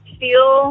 feel